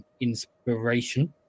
inspiration